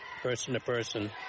person-to-person